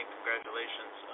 Congratulations